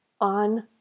on